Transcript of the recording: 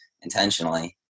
intentionally